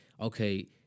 Okay